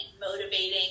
motivating